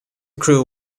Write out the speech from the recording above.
crew